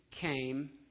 came